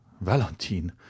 Valentine